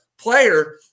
player